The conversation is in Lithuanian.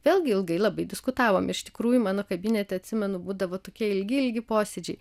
vėlgi ilgai labai diskutavom iš tikrųjų mano kabinete atsimenu būdavo tokie ilgi ilgi posėdžiai